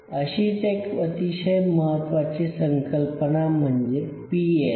अशीच एक अतिशय महत्त्वाची संकल्पना म्हणजे पीएच